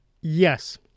Yes